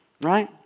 Right